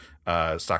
stock